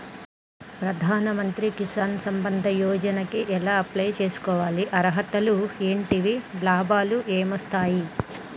ప్రధాన మంత్రి కిసాన్ సంపద యోజన కి ఎలా అప్లయ్ చేసుకోవాలి? అర్హతలు ఏంటివి? లాభాలు ఏమొస్తాయి?